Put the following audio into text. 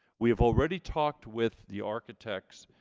we have already talked with the architects